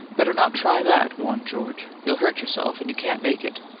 better not try that! warned george. you'll hurt yourself, and you can't make it.